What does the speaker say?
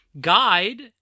guide